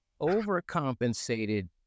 overcompensated